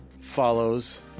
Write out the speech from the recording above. follows